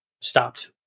stopped